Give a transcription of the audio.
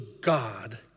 God